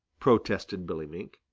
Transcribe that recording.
protested billy mink.